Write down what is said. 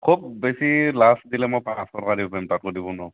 খুব বেছি লাষ্ট দিলে মই পাঁচশ টকা দিব পাৰিম তাতকৈ দিব নোৱাৰোঁ